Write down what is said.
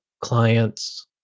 clients